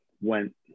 went